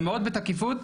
ומאוד בתקיפות,